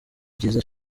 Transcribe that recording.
byiza